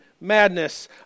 madness